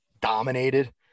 dominated